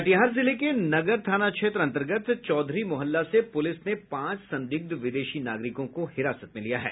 कटिहार जिले के नगर थाना क्षेत्र अन्तर्गत चौधरी मुहल्ला से पूलिस ने पांच संदिग्ध विदेशी नागरिकों को हिरासत में लिया है